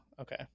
Okay